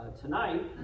tonight